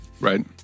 Right